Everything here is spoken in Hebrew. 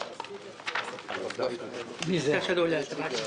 זה, אדוני.